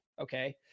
okay